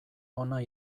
ona